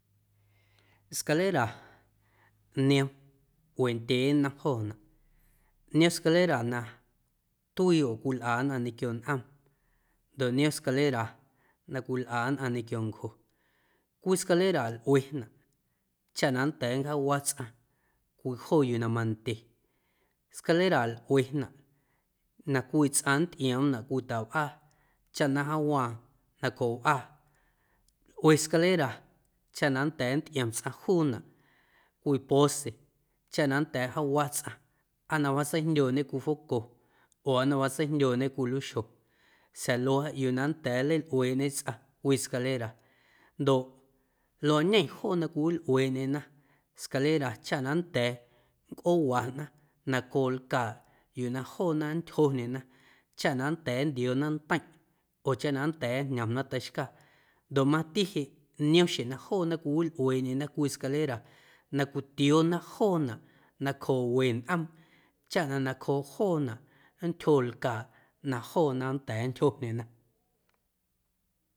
Scalera niom wendyee nnom joonaꞌ, niom scalera na tuii oo na cwilꞌa nnꞌaⁿ ñequio nꞌoom ndoꞌ niom scalera na cwilꞌa nnꞌaⁿ ñequio ncjo. Cwii scalera lꞌuenaꞌ chaꞌ na nnda̱a̱ nncjaawa tsꞌaⁿ cwii joo yuu na mandye, scalera lꞌuenaꞌ na cwii tsꞌaⁿ nntꞌioomnaꞌ cwii tawꞌaa chaꞌ na jaawaaⁿ nacjooꞌ wꞌaa, lꞌue scalera chaꞌ na nnda̱a̱ nntꞌiom tsꞌaⁿ juunaꞌ cwii poste chaꞌ na nnda̱a̱ jaawa tsꞌaⁿ na wjaatseijdyooñe cwii foco oo na wjaatseijndyooñe cwii luiixjo sa̱a̱ luaaꞌ yuu na nnda̱a̱ nleilꞌueeꞌñe tsꞌaⁿ cwii scalera ndoꞌ luañe joona cwiwilꞌueeꞌndyena scalera chaꞌ na nnda̱a̱ nncꞌoowanaꞌ nacjooꞌ lcaaꞌ yuu na joona nntyjondyena chaꞌ na nnda̱a̱ nntioona nteiⁿꞌ oo chaꞌ na nnda̱a̱ njñomna teiꞌxcaa ndoꞌ mti jeꞌ niom xjeⁿ na joona cwiwilꞌueeꞌndyena cwii scalera na cwitioona joonaꞌ nacjooꞌ we nꞌoom chaꞌ na nacjoo joonaꞌ nntyjo lcaaꞌ na joona nnda̱a̱ nntyjondyena.